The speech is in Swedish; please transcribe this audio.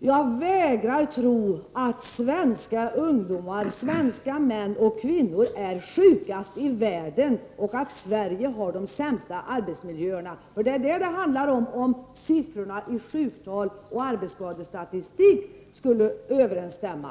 Jag vägrar att tro att svenska ungdomar, och svenska män och kvinnor är sjukast i världen och att Sverige har de sämsta arbetsmiljöerna. Detta är nämligen vad det handlar om ifall siffrorna för sjuktal och arbetsskadestatistik skulle peka i samma